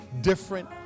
different